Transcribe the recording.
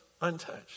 untouched